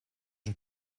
een